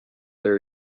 there